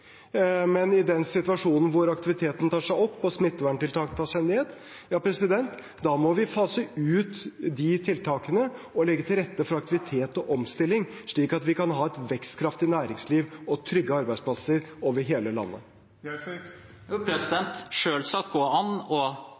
Men i en situasjon hvor aktiviteten tar seg opp og smitteverntiltakene tas ned, må vi fase ut de tiltakene og legge til rette for aktivitet og omstilling, slik at vi kan ha et vekstkraftig næringsliv og trygge arbeidsplasser over hele landet.